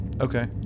Okay